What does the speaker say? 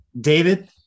David